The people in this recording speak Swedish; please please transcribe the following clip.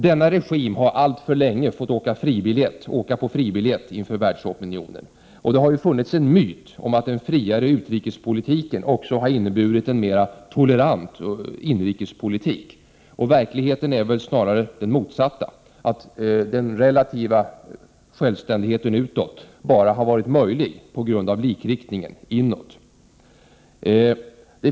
Denna regim har alltför länge fått åka på fribiljett inför världsopinionen. Det har funnits en myt om att den friare utrikespolitiken också har inneburit en mer tolerant inrikespolitik. Verkligheten är väl snarare den motsatta: Den relativa självständigheten utåt har varit möjlig bara på grund av likriktningen inåt.